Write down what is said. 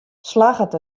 slagget